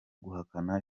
guhakana